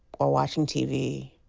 or watching tv.